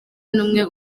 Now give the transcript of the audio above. n’umwe